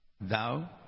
thou